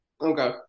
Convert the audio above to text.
Okay